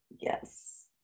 yes